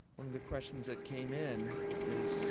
one of the questions that came in is